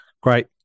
great